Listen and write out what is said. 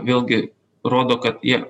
vėlgi rodo kad jie